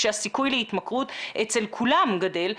הסיכוי להתמכרות אצל כולם גדל,